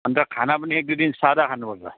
अनि त खाना पनि एकदुई दिन सादा खानुपर्छ